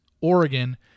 Oregon